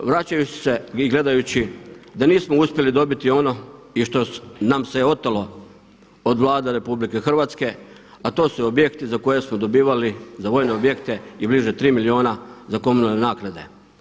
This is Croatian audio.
Vraćajući se i gledajući da nismo uspjeli dobiti ono i što nam se otelo od Vlade RH, a to su objekti za koje smo dobivali, za vojne objekte i bliže 3 milijuna za komunalne naknade.